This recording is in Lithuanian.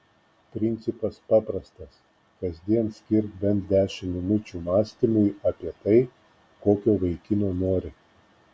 principas paprastas kasdien skirk bent dešimt minučių mąstymui apie tai kokio vaikino nori